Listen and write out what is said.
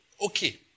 okay